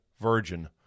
virgin